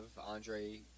Andre